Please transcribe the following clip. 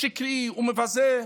שקרי ומבזה,